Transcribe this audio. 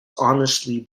honestly